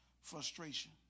frustration